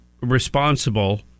responsible